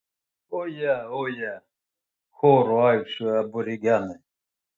oje oje choru aikčiojo aborigenai